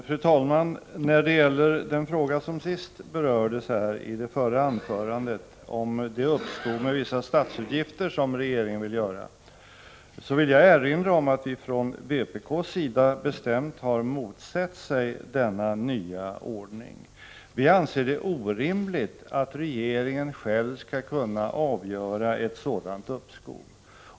Fru talman! När det gäller den fråga som sist berördes i det förra anförandet — det gällde det uppskov med vissa statsutgifter som regeringen vill ha — vill jag erinra om att vi från vpk:s sida bestämt har motsatt oss denna nyordning. Vi anser det orimligt att regeringen själv skall kunna avgöra frågan om ett sådant uppskov.